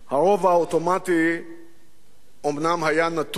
הרוב האוטומטי אומנם היה נתון,